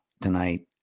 tonight